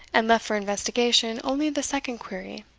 and left for investigation only the second query.